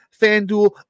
FanDuel